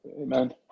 Amen